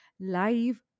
live